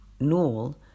null